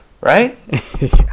right